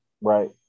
right